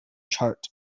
chart